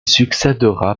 succèdera